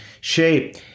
shape